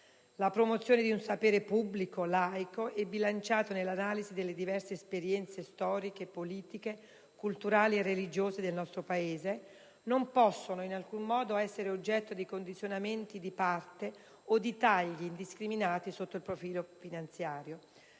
La promozione di un sapere pubblico, laico e bilanciato nell'analisi delle diverse esperienze storico-politiche, culturali e religiose del Paese, non può in alcun modo essere oggetto di condizionamenti di parte o di tagli indiscriminati sotto il profilo finanziario.